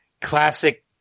classic